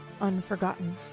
unforgotten